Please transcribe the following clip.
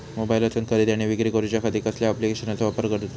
मोबाईलातसून खरेदी आणि विक्री करूच्या खाती कसल्या ॲप्लिकेशनाचो वापर करूचो?